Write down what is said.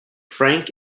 frank